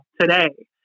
today